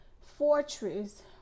fortress